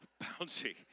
bouncy